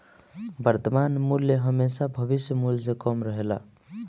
वर्तमान मूल्य हेमशा भविष्य मूल्य से कम रहेला